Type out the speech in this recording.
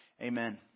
Amen